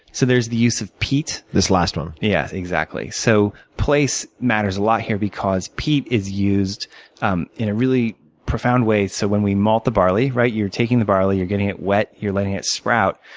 so there's the use of peat. this last one. yeah, exactly. so place matters a lot here because peat is used um in a really profound way. so when we malt the barley, you're taking the barley, you're getting it wet, you're letting it sprout.